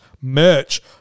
merch